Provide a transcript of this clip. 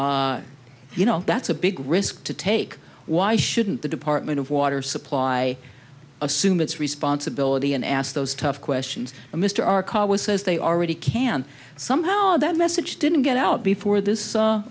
you know that's a big risk to take why shouldn't the department of water supply assume its responsibility and ask those tough questions mr our caller was says they already can somehow that message didn't get out before this